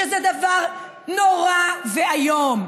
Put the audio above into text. שזה דבר נורא ואיום.